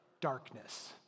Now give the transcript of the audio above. darkness